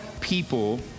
people